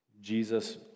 Jesus